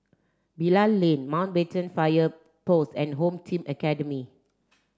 Bilal Lane Mountbatten Fire Post and Home Team Academy